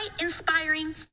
inspiring